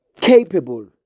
capable